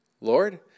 Lord